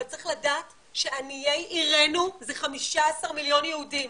אבל צריך לדעת שעניי עירנו זה 15 מיליון יהודים,